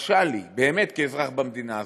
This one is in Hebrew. הקשה לי, באמת, כאזרח במדינה הזאת,